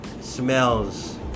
smells